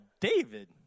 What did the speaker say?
David